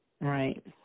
Right